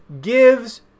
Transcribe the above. gives